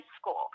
school